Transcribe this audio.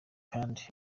kandi